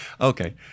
okay